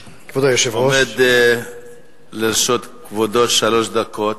עומדות לרשות כבודו שלוש דקות.